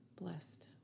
blessed